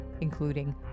including